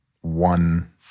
one